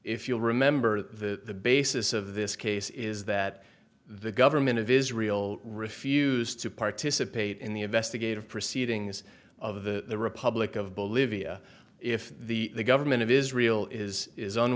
if you'll remember the basis of this case is that the government of israel refused to participate in the investigative proceedings of the republic of bolivia if the government of israel is